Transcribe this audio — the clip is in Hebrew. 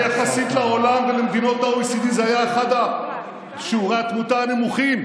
ויחסית לעולם ולמדינות ה-OECD זה היה אחד משיעורי התמותה הנמוכים.